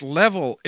level